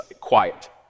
quiet